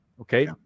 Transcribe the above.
Okay